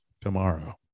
tomorrow